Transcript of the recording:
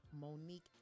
Monique